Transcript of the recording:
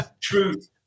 truth